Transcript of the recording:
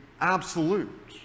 absolute